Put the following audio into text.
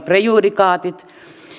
prejudikaatit